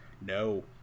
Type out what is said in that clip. no